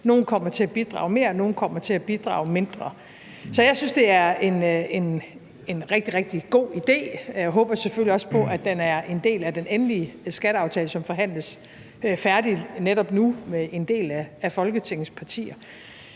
Nogle kommer til at bidrage mere; nogle kommer til at bidrage mindre. Så jeg synes, at det er en rigtig, rigtig god idé. Jeg håber selvfølgelig også på, at den er en del af den endelige skatteaftale, som forhandles færdig netop nu med en del af Folketingets partier.